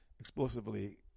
explosively